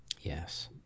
Yes